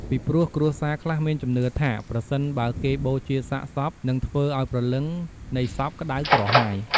ពីព្រោះគ្រួសារខ្លះមានជំនឿថា ប្រសិនបើគេបូជាសាកសពនិងធ្វើអោយព្រលឹងនៃសពក្ដៅក្រហាយ។